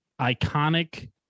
iconic